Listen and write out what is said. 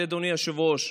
לאדוני היושב-ראש.